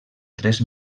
tres